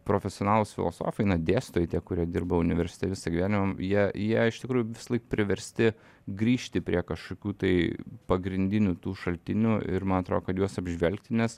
profesionalūs filosofai na dėstytojai tie kurie dirba universte visą gyvenimą jie jie iš tikrųjų visąlaik priversti grįžti prie kažkokių tai pagrindinių tų šaltinių ir man atro kad juos apžvelgti nes